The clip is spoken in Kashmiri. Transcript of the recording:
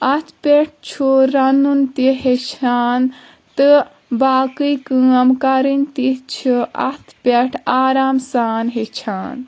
اَتھ پٮ۪ٹھ چُھ رَنُن تہِ ہیچھان تہٕ باقٕے کٲم کَرٕنۍ تہِ چھِ اَتھ پٮ۪ٹھ آرام سان ہیچھان